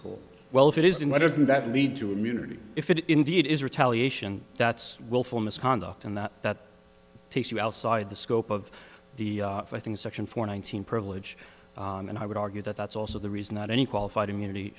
call well if it isn't what isn't that lead to immunity if it indeed is retaliation that's willful misconduct and that that takes you outside the scope of the i think section four nineteen privilege and i would argue that that's also the reason that any qualified immunity